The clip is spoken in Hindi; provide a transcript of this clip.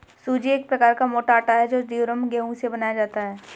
सूजी एक प्रकार का मोटा आटा है जो ड्यूरम गेहूं से बनाया जाता है